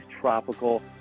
tropical